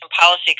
Policy